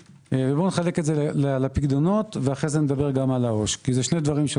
נחלק את זה לפיקדונות ואז נדבר על העו"ש כי אלה שני דברים.